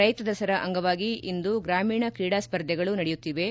ರೈತ ದಸರಾ ಅಂಗವಾಗಿ ಇಂದು ಗ್ರಾಮೀಣ ಕ್ರೀಡಾ ಸ್ಪರ್ಧೆಗಳು ನಡೆಯುತ್ತಿವೆ